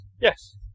Yes